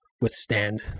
withstand